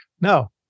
No